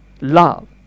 love